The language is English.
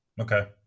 Okay